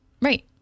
Right